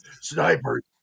snipers